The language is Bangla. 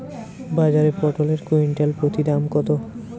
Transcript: বাজারে পটল এর কুইন্টাল প্রতি দাম কত?